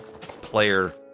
player